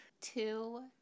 Two